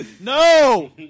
No